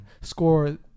Score